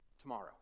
tomorrow